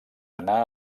anà